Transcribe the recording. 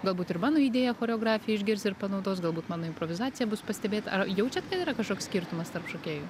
galbūt ir mano idėją choreografiją išgirs ir panaudos galbūt mano improvizacija bus pastebėta ar jaučiat kad yra kažkoks skirtumas tarp šokėjų